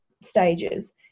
stages